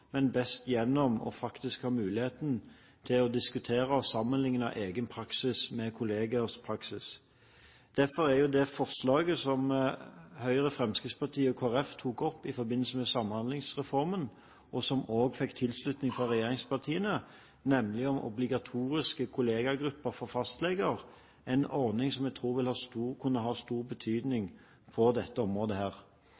men gjennom faktisk å ha muligheten til å diskutere og sammenlikne egen praksis med kollegers praksis. Derfor er det forslaget om obligatoriske kollegagrupper for fastleger som Høyre, Fremskrittspartiet og Kristelig Folkeparti tok opp i forbindelse med Samhandlingsreformen, og som også fikk tilslutning fra regjeringspartiene, en ordning som jeg tror ville kunne ha stor betydning